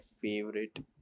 favorite